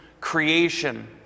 creation